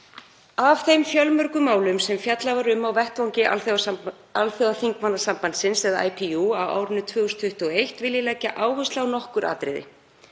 Af þeim fjölmörgu málum sem fjallað var um á vettvangi Alþjóðaþingmannasambandsins á árinu 2021 vil ég leggja áherslu á nokkur atriði